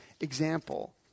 example